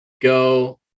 go